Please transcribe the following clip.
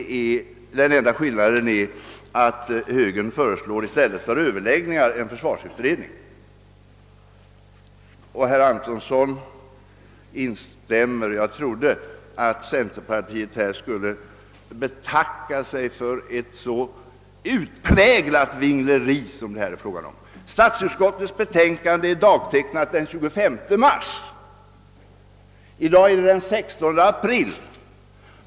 Den enda skillnaden är alltså att högern föreslår en försvarsutredning i stället för överläggningar. Herr Antonsson instämmer som sagt i herr Enskogs yrkande. Jag trodde att centerpartiet skulle betacka sig för ett så utpräglat vingleri som här förekommer. Statsutskottets utlåtande är dagtecknat den 25 mars, och i dag är det den 16 april.